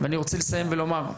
ואני רוצה לסיים ולומר,